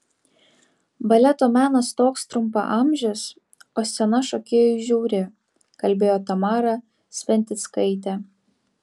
baleto menas toks trumpaamžis o scena šokėjui žiauri kalbėjo tamara sventickaitė